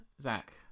Zach